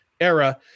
era